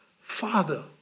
Father